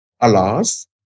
alas